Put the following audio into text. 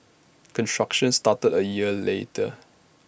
construction started A year later